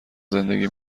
زندگی